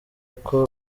uko